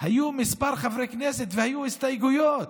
כמה חברי כנסת והיו הסתייגויות